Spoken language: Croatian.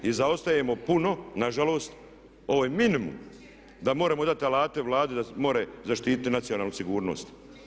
I zaostajemo puno, nažalost, ovo je minimum da moramo dati alate Vladi da može zaštiti nacionalnu sigurnost.